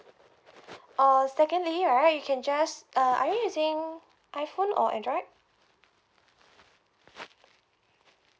uh secondly right you can just uh are you using iphone or android